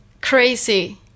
crazy